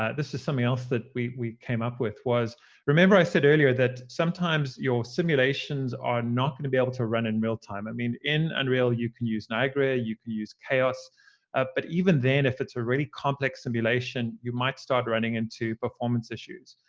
ah this is something else that we we came up with was remember i said earlier that sometimes your simulations are not going to be able to run in real-time. i mean, in unreal, you can use niagara. you can use chaos but even then, if it's a really complex simulation, you might start running into performance issues.